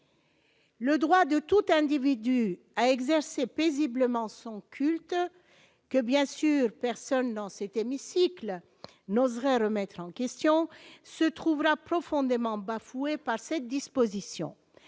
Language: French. Le droit de tout individu a exercé paisiblement son culte que bien sûr, personne dans cette hémicycle n'oserait remettre en question se trouvera profondément bafouée par cette disposition,